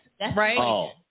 right